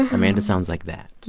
amanda sounds like that.